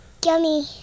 gummy